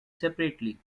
separately